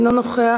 אינו נוכח,